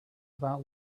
about